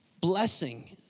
blessing